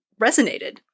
resonated